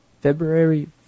February